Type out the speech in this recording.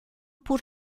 por